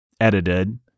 edited